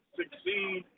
succeed